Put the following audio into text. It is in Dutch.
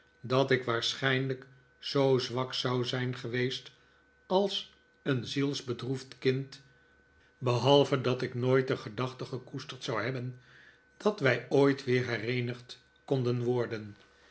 dat ik waarschijnlijk zoo zwak zou zijn geweest als een zielsbedroefd kind behalve dat ik nooit de gedachte gekoesterd zou hebben dat wij ooit weer hereenigd konden worden